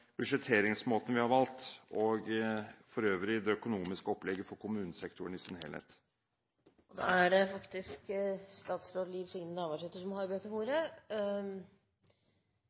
budsjetteringsmåten vi har valgt – og for øvrig det økonomiske opplegget for kommunesektoren i sin helhet. Det